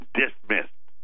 dismissed